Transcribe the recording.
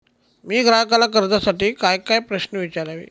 मी ग्राहकाला कर्जासाठी कायकाय प्रश्न विचारावे?